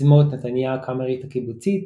תזמורת נתניה הקאמרית הקיבוצית,